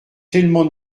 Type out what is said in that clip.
tellement